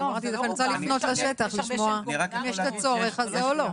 אני רוצה לפנות לשטח לשמוע אם יש את הצורך הזה או לא.